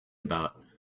about